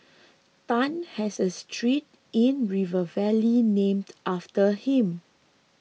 Tan has a street in River Valley named after him